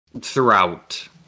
throughout